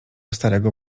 starego